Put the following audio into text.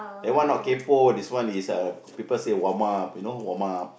that one not kaypoh this one is uh people say warm-up you know warm-up